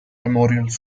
memorials